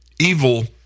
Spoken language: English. Evil